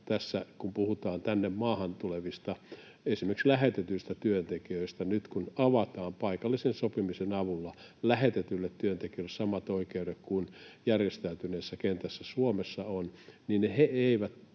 kun puhutaan tänne maahan tulevista, esimerkiksi lähetetyistä työntekijöistä — kun avataan paikallisen sopimisen avulla lähetetyille työntekijöille samat oikeudet kuin järjestäytyneessä kentässä Suomessa on, niin he eivät